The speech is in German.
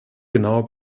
genauer